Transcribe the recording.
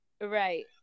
right